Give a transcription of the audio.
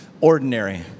ordinary